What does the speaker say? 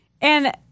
And-